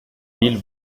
mille